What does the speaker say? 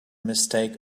mistake